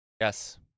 yes